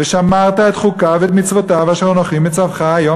"ושמרת את חֻקיו ואת מצותיו אשר אנֹכי מצוך היום,